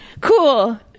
Cool